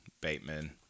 Bateman